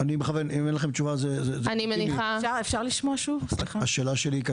זאת השאלה שלי: